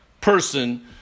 person